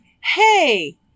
hey